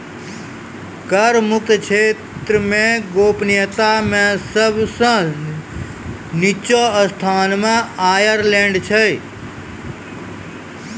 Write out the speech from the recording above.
कर मुक्त क्षेत्र मे गोपनीयता मे सब सं निच्चो स्थान मे आयरलैंड छै